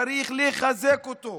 צריך לחזק אותו,